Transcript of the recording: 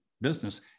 business